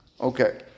Okay